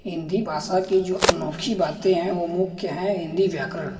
हिन्दी भाषा की जो अनोखी बातें हैं वो मुख्य हैं हिन्दी व्याकरण